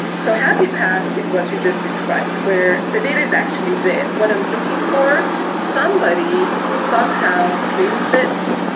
so happy path is what you just described, where the data is actually there, what i'm looking for. somebody, somehow, cleansed it,